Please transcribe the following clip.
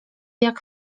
jak